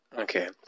Okay